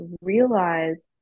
realize